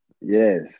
Yes